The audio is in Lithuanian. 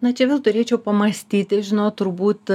na čia vėl turėčiau pamąstyti žinot turbūt